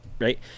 Right